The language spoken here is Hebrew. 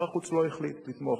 שר החוץ לא החליט לתמוך.